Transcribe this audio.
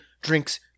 drinks